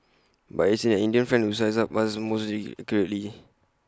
but it's an Indian friend who sized us up was mostly accurately